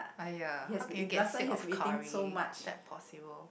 !aiya! how can you get sick of curry is that possible